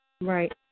Right